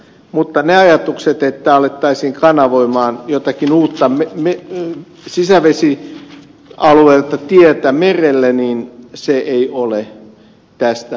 mutta ne ajatukset että alettaisiin kanavoida jotakin uutta tietä sisävesialueelta merelle se ei ole tästä maailmasta